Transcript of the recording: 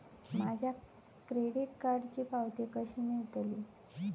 माझ्या क्रेडीट कार्डची पावती कशी मिळतली?